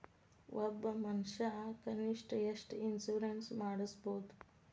ಒಬ್ಬ ಮನಷಾ ಕನಿಷ್ಠ ಎಷ್ಟ್ ಇನ್ಸುರೆನ್ಸ್ ಮಾಡ್ಸ್ಬೊದು?